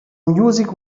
music